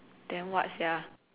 then what sia